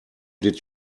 did